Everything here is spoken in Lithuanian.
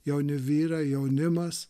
jauni vyrai jaunimas